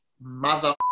mother